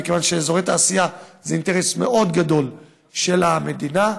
מכיוון שאזורי תעשייה זה אינטרס מאוד גדול של המדינה.